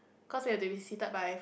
cause we have to be seated by